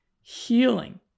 healing